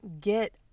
get